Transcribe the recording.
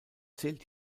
zählt